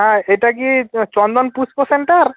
হ্যাঁ এটা কি চন্দন পুষ্প সেন্টার